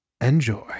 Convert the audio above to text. Enjoy